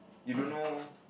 you don't know